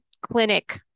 clinic